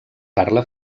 parla